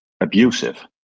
abusive